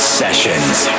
sessions